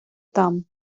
там